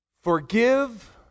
Forgive